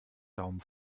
daumen